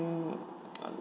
um